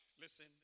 Listen